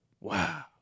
Wow